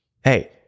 hey